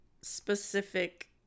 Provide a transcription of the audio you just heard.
specific